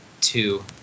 two